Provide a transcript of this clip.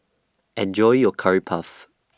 Enjoy your Curry Puff